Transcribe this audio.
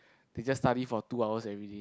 they just study for two hours everyday